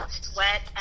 sweat